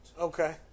Okay